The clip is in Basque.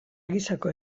gisako